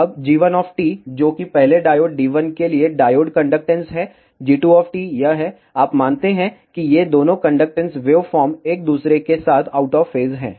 अब g1 जो कि पहले डायोड D1 के लिए डायोड कंडक्टेन्स है g2 यह है आप मानते हैं कि ये दोनों कंडक्टेन्स वेवफॉर्म एक दूसरे के साथ आउट ऑफ फेज हैं